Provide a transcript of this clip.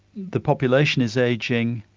the population is ageing,